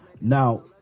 Now